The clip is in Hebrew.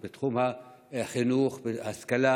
בתחום החינוך וההשכלה,